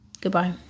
Goodbye